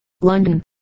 London